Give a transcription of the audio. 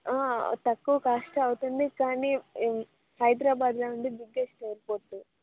తక్కువ కాస్ట్ అవుతుంది కానీ హైదరాబాద్లో ఉంది బిగ్గెస్ట్ ఎయిర్పోర్టు